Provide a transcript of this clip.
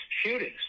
shootings